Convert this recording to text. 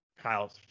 Kyle